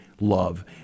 love